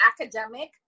academic